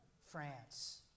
France